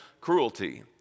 cruelty